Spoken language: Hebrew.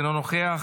אינו נוכח,